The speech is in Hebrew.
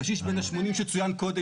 הקשיש בן ה-80 שצוין קודם.